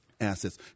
assets